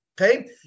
Okay